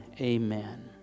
Amen